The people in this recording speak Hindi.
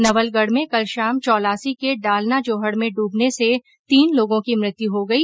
नवलगढ़ में कल शाम चौलासी के डालना जोहड़ में डूबने से तीन लोगों की मृत्यु हो गई